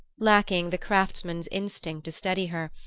lacking the craftsman's instinct to steady her,